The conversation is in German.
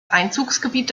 einzugsgebiet